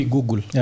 Google